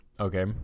Okay